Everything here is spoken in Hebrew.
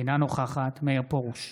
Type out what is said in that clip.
אינה נוכחת מאיר פרוש,